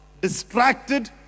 distracted